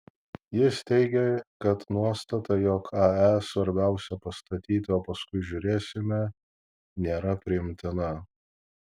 jis teigė kad nuostata jog ae svarbiausia pastatyti o paskui žiūrėsime nėra priimtina